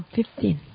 Fifteen